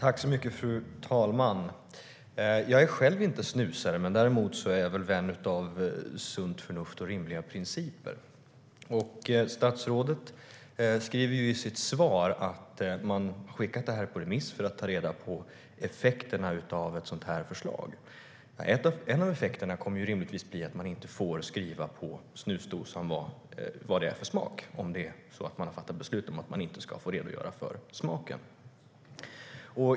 Fru talman! Jag är själv inte snusare. Däremot är jag vän av sunt förnuft och rimliga principer. Statsrådet säger i sitt svar att man har skickat detta på remiss för att ta reda på effekterna av ett sådant förslag. Om man fattar beslut om att man inte ska få redogöra för smaken kommer en av effekterna rimligtvis att bli att man inte får skriva på snusdosan vad det är för smak.